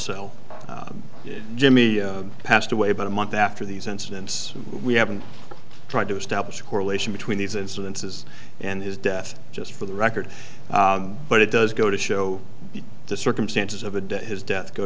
cell jimmy passed away about a month after these incidents we haven't tried to establish a correlation between these incidences and his death just for the record but it does go to show you the circumstances of the day his death go